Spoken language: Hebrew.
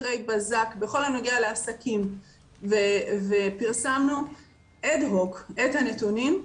סקרי בזק בכל הנוגע לעסקים ופרסמנו אד הוק את הנתונים.